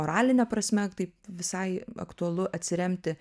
moraline prasme taip visai aktualu atsiremti